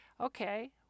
Okay